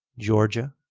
georgia,